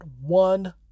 one